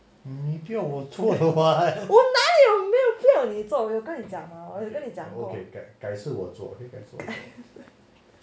我哪里有没有不要你做我有叫你做 hor 我有叫你做 hor